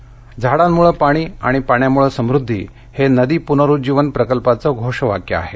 झाडांमुळे पाणी आणि पाण्यामुळे समुध्दी हे नदी पुनरुज्जीवन प्रकल्पाचं घोषवाक्य आहे